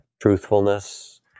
truthfulness